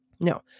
No